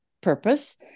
purpose